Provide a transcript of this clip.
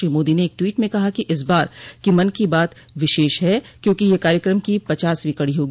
श्री मोदी ने एक ट्वीट में कहा कि इस बार की मन की बात विशेष है क्योंकि यह कार्यक्रम की पचासवीं कड़ी होगी